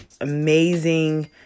amazing